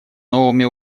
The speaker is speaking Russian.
новыми